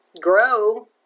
grow